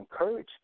encourage